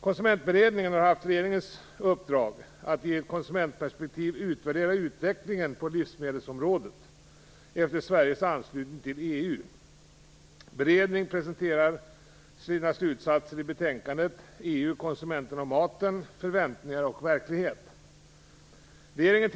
Konsumentberedningen har haft regeringens uppdrag att i ett konsumentperspektiv utvärdera utvecklingen på livsmedelsområdet efter Sveriges anslutning till EU. Beredningen presenterar sina slutsatser i betänkandet EU, konsumenterna och maten - förväntningar och verklighet (SOU Regeringen tillsatte hösten 1995 tre olika utredningar som från olika infallsvinklar skulle arbeta för en ökad effektivitet inom lisvmedelssektorn.